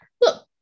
look